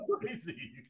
crazy